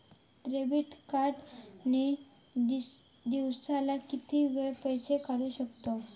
Debit card ने दिवसाला किती वेळा पैसे काढू शकतव?